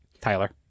Tyler